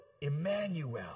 Emmanuel